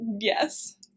Yes